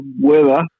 weather